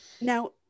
Now